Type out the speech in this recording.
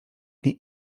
nie